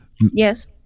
Yes